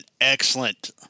excellent